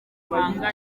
muhanga